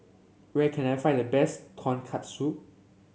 where can I find the best Tonkatsu